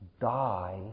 die